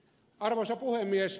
arvoisa puhemies